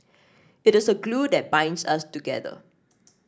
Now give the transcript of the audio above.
it is a glue that binds us together